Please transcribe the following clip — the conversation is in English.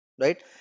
right